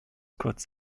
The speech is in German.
kurz